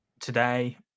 today